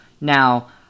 Now